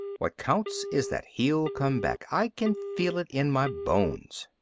what counts is that he'll come back. i can feel it in my bones.